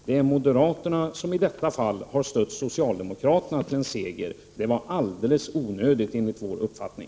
Det är moderaterna som i detta fall har hjälpt socialdemokraterna till en seger. Det var alldeles onödigt, enligt vår uppfattning.